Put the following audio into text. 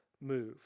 move